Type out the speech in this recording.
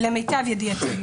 למיטב ידיעתי לא.